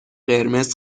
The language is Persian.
قرمز